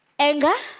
and a